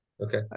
Okay